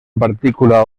partícula